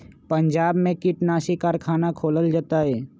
पंजाब में कीटनाशी कारखाना खोलल जतई